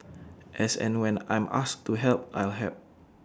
as and when I'm asked to help I'll help